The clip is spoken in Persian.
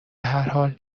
هرحال